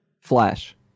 Flash